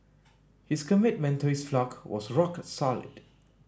his commitment to his flock was rock solid